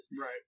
right